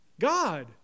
God